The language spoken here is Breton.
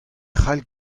cʼhall